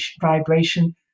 vibration